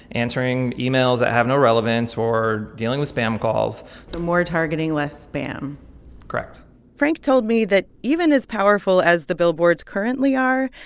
answering emails that have no relevance or dealing with spam calls so more targeting, less spam correct frank told me that even as powerful as the billboards currently are,